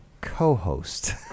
co-host